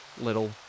little